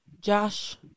Josh